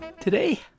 Today